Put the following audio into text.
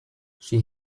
she